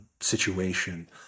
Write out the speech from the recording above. situation